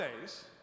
days